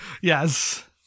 Yes